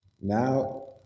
now